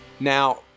Now